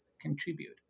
contribute